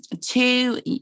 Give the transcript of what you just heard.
two